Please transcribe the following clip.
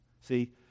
See